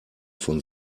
von